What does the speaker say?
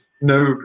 no